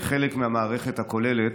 כחלק מהמערכת הכוללת